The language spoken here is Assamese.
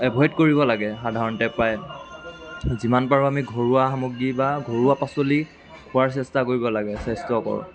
এভইড কৰিব লাগে সাধাৰণতে প্ৰায়ে যিমান পাৰোঁ আমি ঘৰুৱা সামগ্ৰী বা ঘৰুৱা পাচলি খোৱাৰ চেষ্টা কৰিৱ লাগে স্বাস্থ্যকৰ